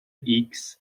ایکس